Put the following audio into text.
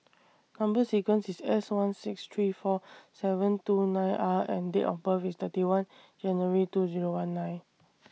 Number sequence IS S one six three four seven two nine R and Date of birth IS thirty one January two Zero one nine